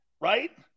right